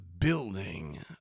building